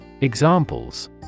Examples